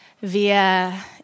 via